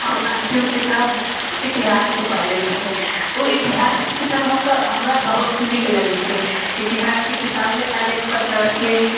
हम अंतिम किताब इतिहास के पढ़ले छियै ओ इतिहास के किताब हम हमरा बहुत नीक लगै छै इतिहास के किताब मे अनेक प्रकार के